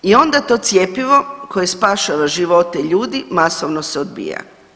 I onda to cjepivo koje spašava živote ljudi masovno se odbija.